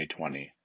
2020